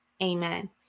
amen